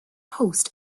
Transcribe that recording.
post